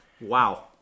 Wow